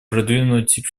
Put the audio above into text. продвинуть